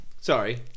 Sorry